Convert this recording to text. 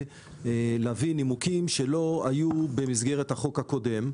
להביא נימוקים שלא היו במסגרת החוק הקודם,